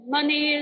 Money